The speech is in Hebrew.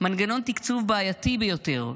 מנגנון תקצוב בעייתי ביותר,